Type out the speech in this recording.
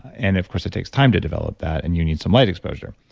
and of course, it takes time to develop that and you need some light exposure.